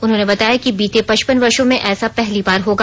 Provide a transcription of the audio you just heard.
उन्होंने बताया कि बीते पचपन वर्षो में ऐसा पहली बार होगा